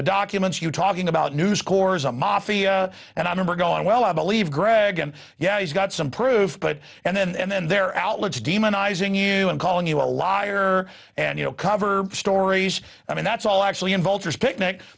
the documents you talking about news corps a mafia and i remember going well i believe greg and yeah he's got some proof but and then and then their outlook to demonizing you and calling you a liar and you know cover stories i mean that's all actually in vulture's picnic